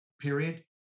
period